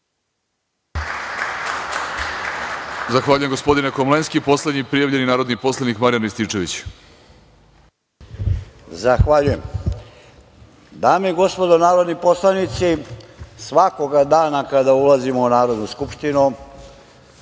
Zahvaljujem, gospodine Komlenski. Poslednji prijavljeni narodni poslanik Marijan Rističević. **Marijan Rističević** Zahvaljujem. Dame i gospodo narodni poslanici, svakoga dana kada ulazimo u Narodnu skupštinu,